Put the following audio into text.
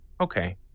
Okay